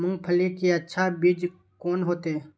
मूंगफली के अच्छा बीज कोन होते?